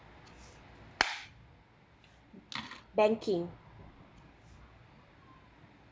banking